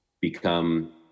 become